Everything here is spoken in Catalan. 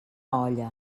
olla